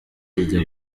rijya